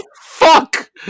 fuck